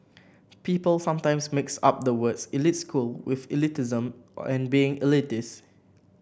people sometimes mix up the words elite school with elitism or and being elitist